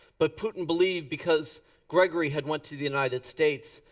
but putin believed because grigory had went to the united states,